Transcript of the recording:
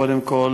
קודם כול,